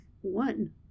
one